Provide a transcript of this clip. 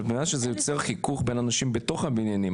אבל את מבינה שזה יוצר חיכוך בין אנשים בתוך הבניינים,